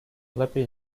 lepiej